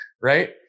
right